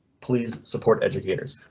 please support educators.